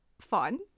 fun